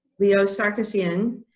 leo sarkissian,